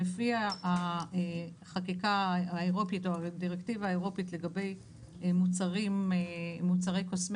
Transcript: לפי החקיקה האירופית או הדירקטיבה האירופית לגבי מוצרי קוסמטיקה,